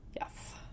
yes